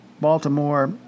Baltimore